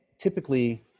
typically